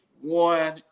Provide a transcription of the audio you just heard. One